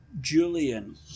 Julian